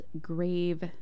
grave